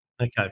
Okay